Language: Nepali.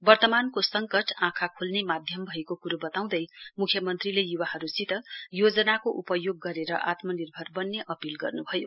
वर्तमानको सङ्कट औँखा खोल्ने माद्यम भएको कुरो बताउँदै मुख्यमन्त्रीले युवाहरुसित योजनाको उपयोग गरेर आत्मनिर्भर बन्ने अपील गर्नुभयो